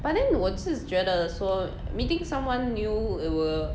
but then 我是觉得说 meeting someone it will